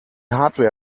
hardware